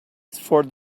for